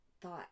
thought